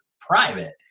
private